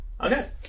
Okay